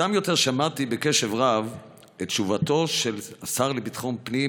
מוקדם יותר שמעתי בקשב רב את תשובתו של השר לביטחון הפנים